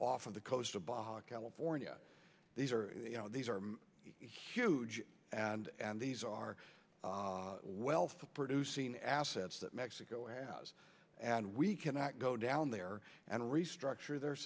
of the coast of baja california these are these are huge and these are wealth producing assets that mexico has and we cannot go down there and restructure their